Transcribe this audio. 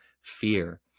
fear